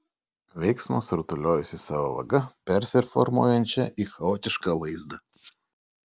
veiksmas rutuliojasi sava vaga persiformuojančia į chaotišką vaizdą